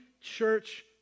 church